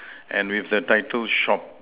and with the title shop